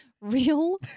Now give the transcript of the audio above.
Real